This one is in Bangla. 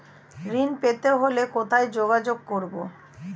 ঋণ পেতে হলে কোথায় যোগাযোগ করব?